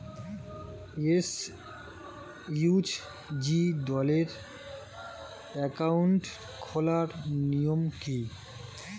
SHG দলের account খোলার নিয়ম কী?